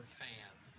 fans